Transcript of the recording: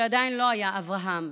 שעדיין לא היה אברהם,